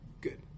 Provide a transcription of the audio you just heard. good